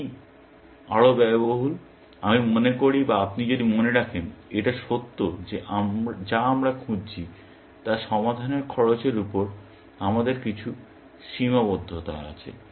E আরও ব্যয়বহুল আমি মনে করি বা আপনি যদি মনে রাখেন এটা সত্য যে যা আমরা খুঁজছি তাতে সমাধানের খরচের উপর আমাদের কিছু সীমাবদ্ধতা আছে